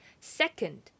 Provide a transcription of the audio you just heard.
Second